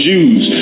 Jews